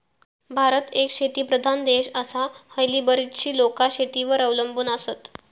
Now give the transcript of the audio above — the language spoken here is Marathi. भारत एक शेतीप्रधान देश आसा, हयली बरीचशी लोकां शेतीवर अवलंबून आसत